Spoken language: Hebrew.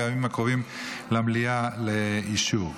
בימים הקרובים למליאה לאישור.